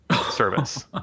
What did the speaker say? service